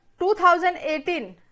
2018